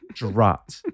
dropped